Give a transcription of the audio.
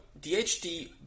DHT